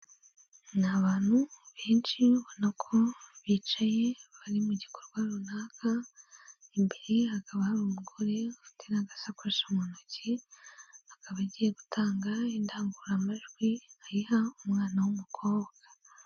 Ni abantu benshi ubona ko bicaye bari mu gikorwa runaka, imbere ye hakaba hari umugore ufite n'agasakosha mu ntoki akaba agiye gutanga indangururamajwi ayiha umwana w'umukobwa.